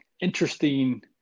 interesting